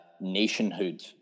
nationhood